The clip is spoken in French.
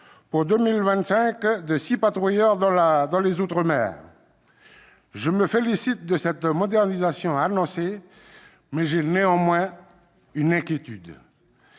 pour 2025 de six patrouilleurs dans les outre-mer. Je me félicite de cette modernisation annoncée, mais j'ai une inquiétude.